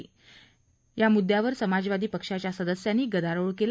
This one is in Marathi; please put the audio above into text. ता मुद्द्यावर समाजवादी पक्षाच्या सदस्यांनी गदारोळ केला